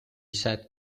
said